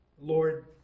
Lord